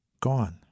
Gone